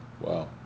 Wow